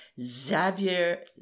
Xavier